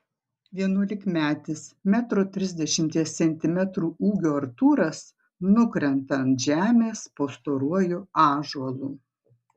vienuolikmetis metro trisdešimties centimetrų ūgio artūras nukrenta ant žemės po storuoju ąžuolu